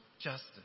justice